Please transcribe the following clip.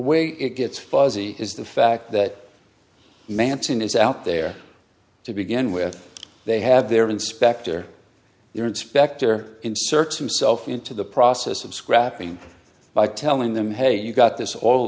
way it gets fuzzy is the fact that manson is out there to begin with they have their inspector their inspector inserts himself into the process of scrapping by telling them hey you've got this all